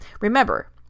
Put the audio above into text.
Remember